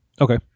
Okay